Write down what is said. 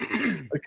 Okay